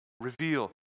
reveal